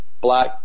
black